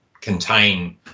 contain